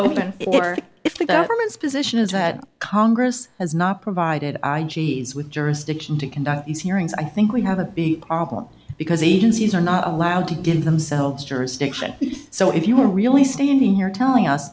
or if the government's position is that congress has not provided i g s with jurisdiction to conduct these hearings i think we have a big problem because agencies are not allowed to give themselves jurisdiction so if you are really standing here telling us